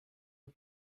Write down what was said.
are